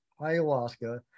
ayahuasca